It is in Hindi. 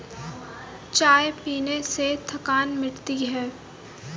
चाय पीने से थकान मिटती है